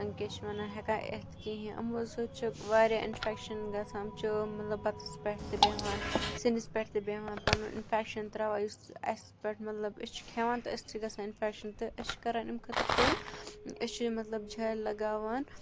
کیٛاہ چھِ وَنان ہٮ۪کان اِتھ کِہیٖنۍ یِمو سۭتۍ چھِ واریاہ اِنفٮ۪کشَن گژھان یِم چھِ مطلب بَتَس پٮ۪ٹھ تہِ بیٚہوان سِنِس پٮ۪ٹھ تہِ بیٚہوان پَنُن اِنفٮ۪کشَن ترٛاوان یُس اَسہِ پٮ۪ٹھ مطلب أسۍ چھِ کھٮ۪وان تہٕ اَسہِ چھِ گژھان اِنفٮ۪کشَن تہٕ أسۍ چھِ کَران اَمہِ خٲطرٕ کٲم أسۍ چھِ مطلب جالہِ لَگاوان